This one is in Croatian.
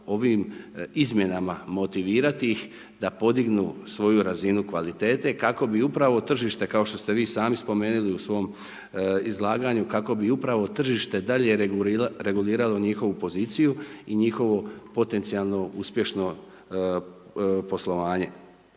ovim izmjenama motivirati ih da podignu svoju razinu kvalitete kako bi upravo tržište, kao što ste vi sami spomenuli u svom izlaganju, kako bi upravo tržište dalje reguliralo njihovu poziciju i njihovo potencijalno uspješno poslovanje.